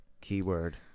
Keyword